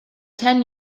ten